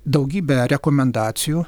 daugybę rekomendacijų